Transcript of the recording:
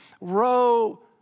row